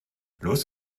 los